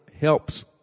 helps